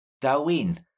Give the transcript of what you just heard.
Darwin